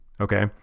Okay